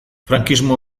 frankismo